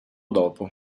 dopo